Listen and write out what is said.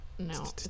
No